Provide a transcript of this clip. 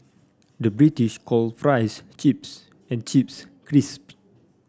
the British call fries chips and chips crisps